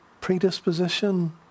predisposition